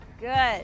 Good